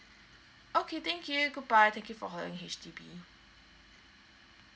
okay thank you goodbye thank you for calling H_D_B